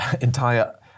entire